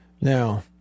Now